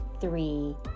three